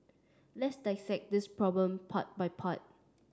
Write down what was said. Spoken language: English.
let's dissect this problem part by part